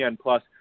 Plus